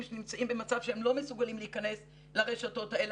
שנמצאים במצב שהם לא מסוגלים להיכנס לרשתות האלה.